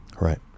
Right